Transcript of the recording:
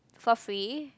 for free